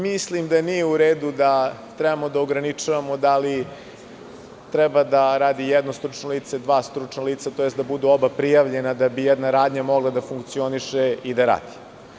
Mislim da nije u redu da treba da ograničavamo da li treba da radi jedno stručno lice ili dva, tj. da budu oba prijavljena, da bi jedna radnja mogla da funkcioniše i da radi.